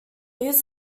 use